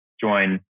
join